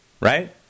right